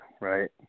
Right